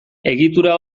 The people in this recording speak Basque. egitura